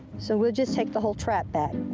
so we'll just take the whole trap back.